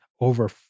over